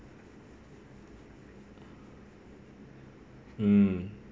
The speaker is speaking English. mm